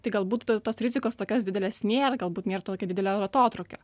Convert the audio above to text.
tai galbūt to tos rizikos tokios didelės nėra galbūt nėr tokio didelio ir atotrūkio